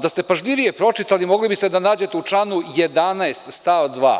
Da ste pažljivije pročitali, mogli biste da nađete u članu 11. stav 2.